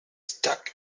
stuck